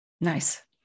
Nice